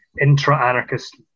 intra-anarchist